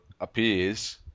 appears